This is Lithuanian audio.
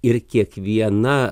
ir kiekviena